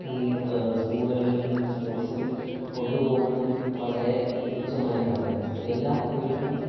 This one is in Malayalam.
ഈ സ്കൂളുകളിൽ നിന്നും സ്പോർട്സിന് കൊണ്ടുപോകുന്നതും വളരെ തുച്ഛമായിട്ടാണ് എല്ലാ കുട്ടികൾക്കും